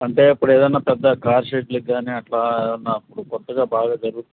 అంటే ఇప్పుడేదన్న పెద్ద కార్ షెడ్లకి అట్లా ఏవన్నా ఇప్ కొత్తగా బాగా జరుగుతుం